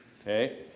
Okay